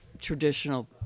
traditional